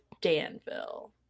Danville